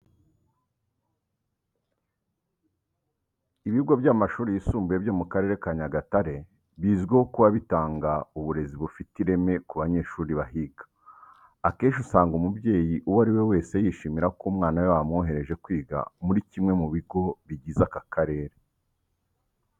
Ibigo by'amashuri yisumbuye byo mu Karere ka Nyagatare bizwiho kuba bitanga uburezi bufite ireme ku banyeshuri bahiga. Akenshi, usanga umubyeyi uwo ari we wese yishimira ko umwana we bamwohereje kwiga muri kimwe mu bigo bigize aka karere.